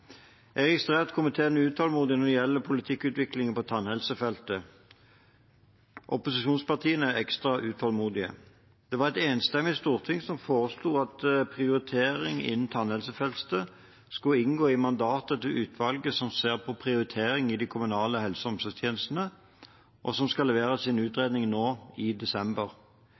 Jeg har registrert at komiteen er utålmodig når det gjelder politikkutvikling på tannhelsefeltet. Opposisjonspartiene er ekstra utålmodige. Det var et enstemmig storting som foreslo at prioritering innen tannhelsefeltet skulle inngå i mandatet til utvalget som ser på prioritering i de kommunale helse- og omsorgstjenestene, og som skal levere sin utredning nå i desember.